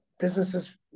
businesses